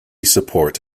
support